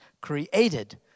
created